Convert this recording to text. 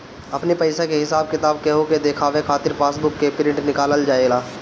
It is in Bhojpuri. अपनी पईसा के हिसाब किताब केहू के देखावे खातिर पासबुक के प्रिंट निकालल जाएला